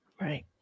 Right